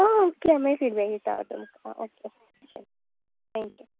आं ओके हांव मागीर फिडबॅक दिता तुमका आं ओके चलो थँक्यू